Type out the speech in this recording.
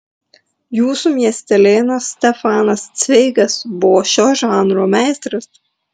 jūsų miestelėnas stefanas cveigas buvo šio žanro meistras